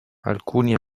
alcuni